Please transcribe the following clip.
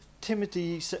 Timothy